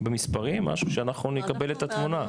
במספרים משהו שאנחנו נקבל את התמונה.